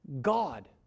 God